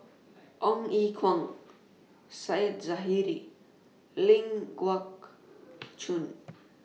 Ong Ye Kung Said Zahari and Ling Geok Choon